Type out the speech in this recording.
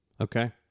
Okay